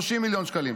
30 מיליון שקלים,